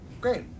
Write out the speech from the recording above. Great